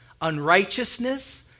Unrighteousness